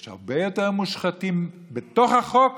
יש הרבה יותר מושחתים בתוך החוק